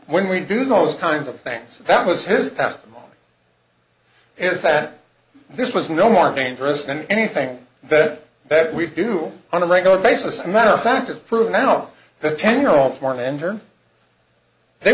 when we do those kinds of things that was his past is that this was no more dangerous than anything that that we do on a regular basis a matter of fact as proven out the ten year old